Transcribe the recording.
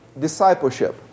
discipleship